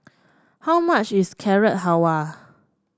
how much is Carrot Halwa